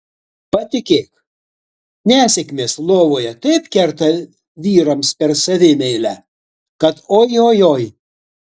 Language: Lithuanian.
patikėk nesėkmės lovoje taip kerta vyrams per savimeilę kad oi oi oi